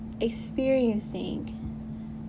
experiencing